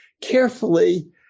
carefully